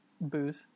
booze